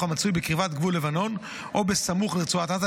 המצוי בקרבת גבול לבנון או בסמוך לרצועת עזה,